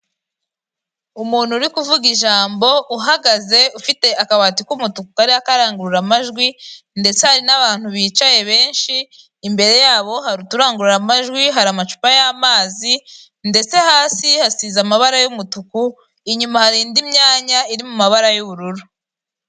Umuntu uri kuvuga ijambo, uhagaze, ufite akabati k'umutuku, kariho arangururamajwi, ndetse hari n'abantu bicaye benshi imbere yabo hari uturangururamajwi, hari amacupa y'amazi ndetse hasi hasize amabara y'umutuku, inyuma hari indi myanya iri mu mabara y'ubururu.